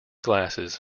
glasses